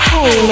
Hey